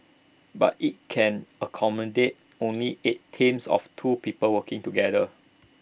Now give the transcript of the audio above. but IT can accommodate only eight teams of two people working together